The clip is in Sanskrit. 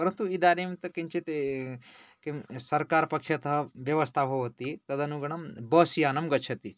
परन्तु इदानीं तु किञ्चित् किं सर्वकारपक्षत व्यवस्था भवति तदनुगुणं बस् यानं गच्छति